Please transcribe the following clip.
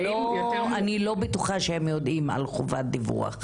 קטינים אני לא בטוחה שהם יודעים על חובת דיווח.